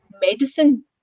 medicine